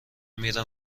میرم